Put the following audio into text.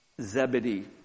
Zebedee